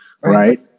right